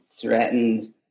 threatened